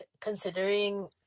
considering